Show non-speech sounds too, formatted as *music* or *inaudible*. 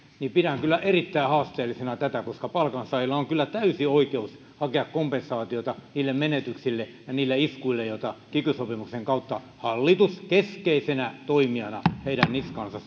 niin pidän kyllä erittäin haasteellisena tätä koska palkansaajilla on kyllä täysi oikeus hakea kompensaatiota niille menetyksille ja niille iskuille joita kiky sopimuksen kautta hallitus keskeisenä toimijana heidän niskaansa *unintelligible*